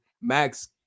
Max